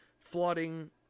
flooding